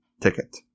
ticket